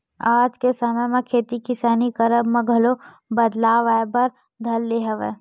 आज के समे म खेती किसानी करब म घलो बदलाव आय बर धर ले हवय